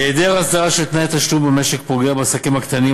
היעדר אסדרה של תנאי התשלום במשק פוגע בעסקים הקטנים,